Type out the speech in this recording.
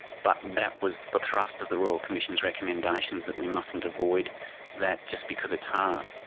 but that was the thrust of the royal commission's recommendations that we mustn't avoid that just because it's hard.